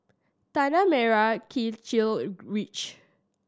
Tanah Merah Kechil Ridge